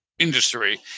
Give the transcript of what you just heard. industry